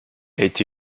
été